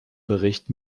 bericht